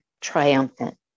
triumphant